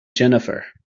jennifer